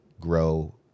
grow